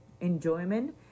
enjoyment